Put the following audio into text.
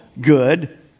good